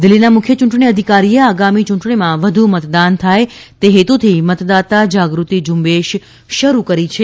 દિલ્હીના મુખ્ય ચૂંટણી અધિકારીએ આગામી ચૂંટણીમાં વધુ મતદાન થાય તે હેતુથી મતદાતા જાગૃતિ ઝુંબેશ શરુ કરી છે